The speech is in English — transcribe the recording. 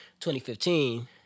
2015